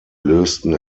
lösten